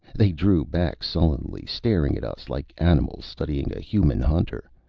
they drew back sullenly, staring at us like animals studying a human hunter,